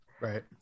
Right